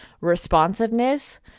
responsiveness